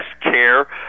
care